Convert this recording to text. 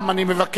אני מבקש.